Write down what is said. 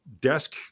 desk